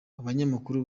abanyamakuru